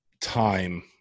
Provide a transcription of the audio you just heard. time